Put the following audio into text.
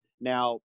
now